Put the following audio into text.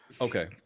okay